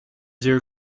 there